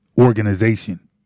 organization